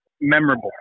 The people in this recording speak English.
memorable